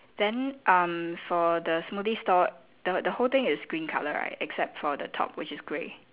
then um for the smoothie store the the whole thing is green colour right except for top which is grey